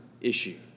issue